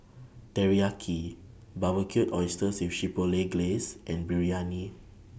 Teriyaki Barbecued Oysters with Chipotle Glaze and Biryani